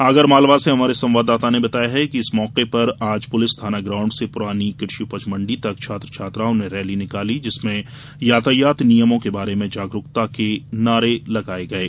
आगर मालवा से हमारे संवाददाता ने बताया है कि इस मौके पर आज पुलिस थाना ग्राउण्ड से पुरानी कृषि उपज मंडी तक छात्र छात्राओं ने रैली निकाली जिसमें यातायात नियमों के बारे में जागरुकता के लिए नारे लगाये गये